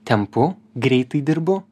tempu greitai dirbu